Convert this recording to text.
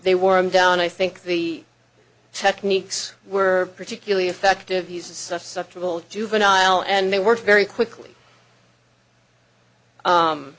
they wore him down i think the techniques were particularly effective use such subtle juvenile and they work very quickly